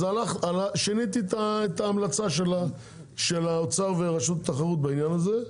אז שיניתי את ההמלצה של האוצר ורשות התחרות בעניין הזה.